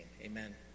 Amen